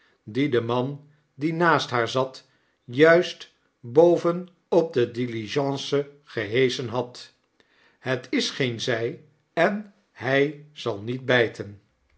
dien de man die naast haar zat juist boven op de diligence geheschen had het is geen zg en hy zal niet bijten